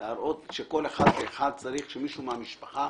שמישהו מהמשפחה,